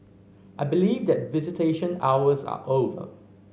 I believe that visitation hours are over